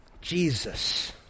Jesus